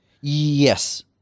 Yes